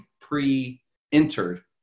pre-entered